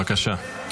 בבקשה.